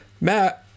Matt